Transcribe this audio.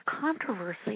controversy